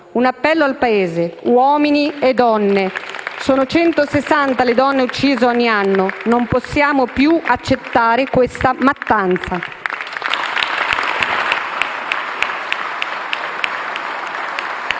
Un appello al Paese, uomini e donne: sono 160 le donne uccise ogni anno. Non possiamo più accettare questa mattanza.